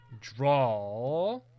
draw